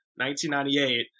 1998